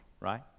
right